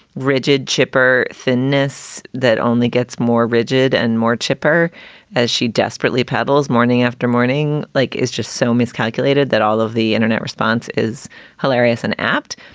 rigid, chipper thinness that only gets more rigid and more chipper as she desperately peddles morning after morning, like is just so miscalculated that all of the internet response is hilarious and apt.